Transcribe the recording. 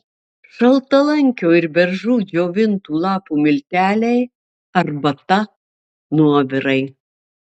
šaltalankio ir beržų džiovintų lapų milteliai arbata nuovirai